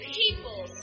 people